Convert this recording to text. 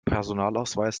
personalausweis